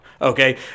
okay